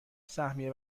سهمیه